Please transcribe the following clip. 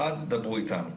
אחד, דברו אתנו.